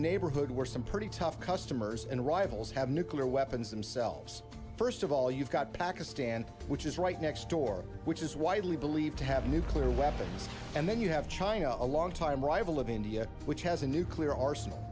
neighborhood where some pretty tough customers and rivals have nuclear weapons themselves first of all you've got pakistan which is right next door which is widely believed to have nuclear weapons and then you have china a long time rival of india which has a nuclear arsenal